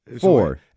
Four